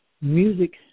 music